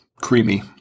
creamy